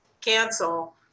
cancel